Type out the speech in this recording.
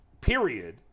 Period